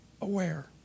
aware